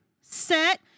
set